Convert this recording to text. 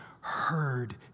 heard